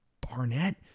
Barnett